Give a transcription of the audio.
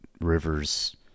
rivers